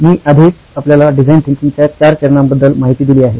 मी आधीच आपल्याला डिझाईन थिंकिंगच्या चार चरणांबद्दल माहिती दिली आहे